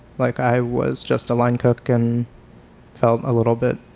like i was just a line cook and felt a little bit,